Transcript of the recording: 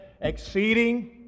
exceeding